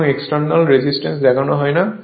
কোন external resistance দেখানো হয় না